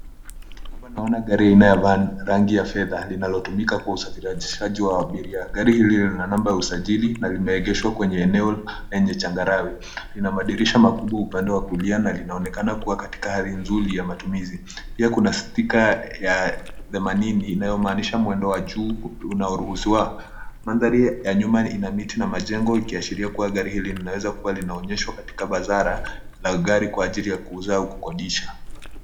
Hapa naona gari inayo rangi ya fedha linalotumika kwa usafirishaji wa abiria. Gari hili lina namba ya usajili na limeegeshwa kwenye eneo lenye changarawe. Lina madirisha makubwa upande wa kulia na linaonekana katika hali nzuri ya matumizi. Pia kuna sticker ya themanini inayomaanisha mwendo wa juu unaoruhusiwa. Mandhari ya nyuma ina miti na majengo ikiashiria kuwa gari hili linaweza kuwa linaonyeshwa katika bazara la gari kwa ajili ya kuuza au kukodisha.